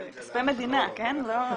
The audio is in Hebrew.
זה כספי מדינה, כן?